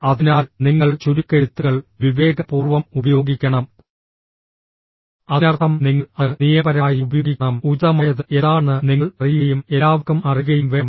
അതിനാൽ നിങ്ങൾ ചുരുക്കെഴുത്തുകൾ വിവേകപൂർവ്വം ഉപയോഗിക്കണം അതിനർത്ഥം നിങ്ങൾ അത് നിയമപരമായി ഉപയോഗിക്കണം ഉചിതമായത് എന്താണെന്ന് നിങ്ങൾ അറിയുകയും എല്ലാവർക്കും അറിയുകയും വേണം